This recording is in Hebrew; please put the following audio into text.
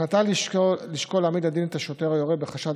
ההחלטה לשקול להעמיד לדין את השוטר היורה בחשד